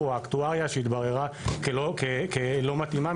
או האקטואריה שהתבררה כלא מתאימה,